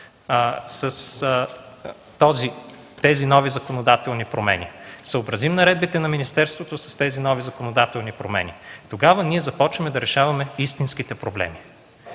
с тези нови законодателни промени, съобразим наредбите на министерството с тези нови законодателни промени, тогава започваме да решаваме истинските проблеми